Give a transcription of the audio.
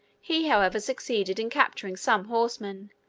he, however, succeeded in capturing some horsemen,